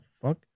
fuck